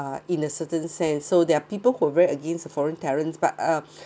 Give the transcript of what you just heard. uh in a certain sense so there are people who are very against uh foreign talent but uh